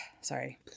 Sorry